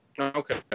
Okay